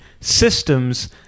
systems